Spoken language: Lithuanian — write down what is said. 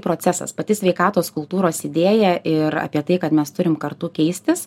procesas pati sveikatos kultūros idėja ir apie tai kad mes turime kartu keistis